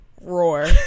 roar